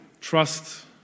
trust